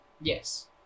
Yes